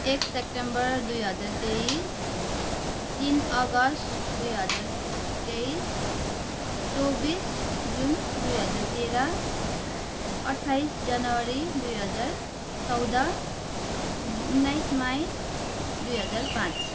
एक सेप्टेम्बर दुई हजार तेइस तिन अगस्त दुई हजार तेइस चौबिस जुन दुई हजार तेह्र अट्ठाइस जनवरी दुई हजार चौध उन्नाइस मई दुई हजार पाँच